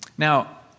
Now